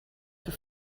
für